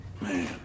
Man